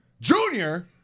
Junior